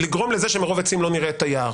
לגרום לזה שמרוב עצים לא נראה את היער.